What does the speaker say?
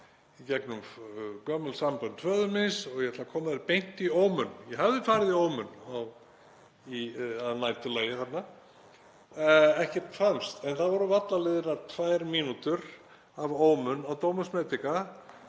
í gegnum gömul sambönd föður míns, ég ætla að koma þér beint í ómun. Ég hafði farið í ómun að næturlagi þarna, en ekkert fannst. En það voru varla liðnar tvær mínútur af ómun á Domus Medica